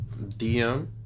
DM